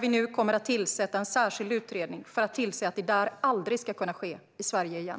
Vi kommer att tillsätta en särskild utredning för att tillse att detta aldrig ska kunna ske i Sverige igen.